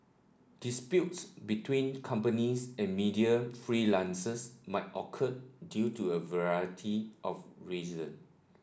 disputes between companies and media freelancers might occur due to a variety of reason